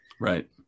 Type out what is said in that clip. right